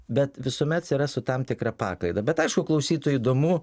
bet visuomet yra su tam tikra paklaida bet aišku klausytojui įdomu